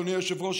אדוני היושב-ראש,